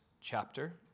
chapter